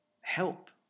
help